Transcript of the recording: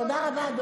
תודה לך,